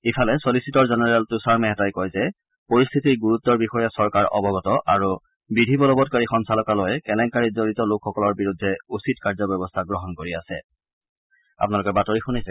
ইফালে ছলিছিটৰ জেনেৰেল তৃষাৰ মেহতাই কয় যে পৰিস্থিতিৰ গুৰুত্বৰ বিষয়ে চৰকাৰ অৱগত আৰু বিধি বলবংকাৰী সঞ্চালকালয়ে কেলংকাৰীত জৰিত লোকসকলৰ বিৰুদ্ধে উচিত কাৰ্য ব্যৱস্থা গ্ৰহণ কৰি আছে